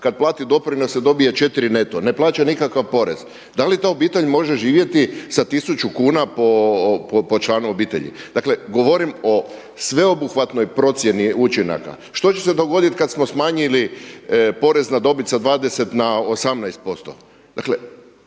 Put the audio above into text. kad plati doprinose dobije 4 neto, ne plaća nikakav porez. Da li ta obitelj može živjeti sa 1000 kuna po članu obitelji? Dakle govorim o sveobuhvatnoj procjeni učinaka. Što će se dogoditi kad smo smanjili porez na dobit sa 20 na 18%.